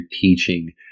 teaching